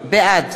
בעד